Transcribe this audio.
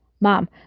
mom